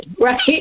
right